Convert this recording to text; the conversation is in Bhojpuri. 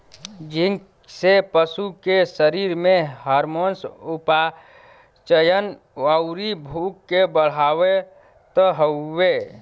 जिंक से पशु के शरीर में हार्मोन, उपापचयन, अउरी भूख के बढ़ावत हवे